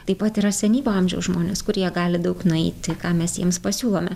taip pat yra senyvo amžiaus žmonės kurie gali daug nueiti ką mes jiems pasiūlome